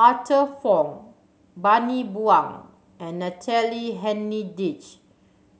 Arthur Fong Bani Buang and Natalie Hennedige